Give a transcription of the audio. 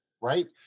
Right